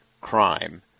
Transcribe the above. crime